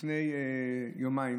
לפני יומיים